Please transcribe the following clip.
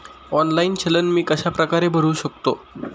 Online चलन मी कशाप्रकारे भरु शकतो?